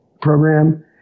Program